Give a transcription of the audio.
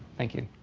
thank you.